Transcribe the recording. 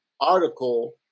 article